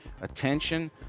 attention